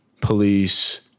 police